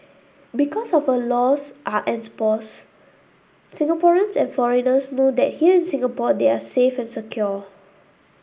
because of our laws are enforced Singaporeans and foreigners know that here in Singapore they are safe and secure